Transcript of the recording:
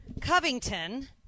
Covington